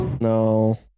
No